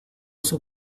sus